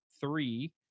three